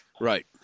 right